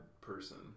person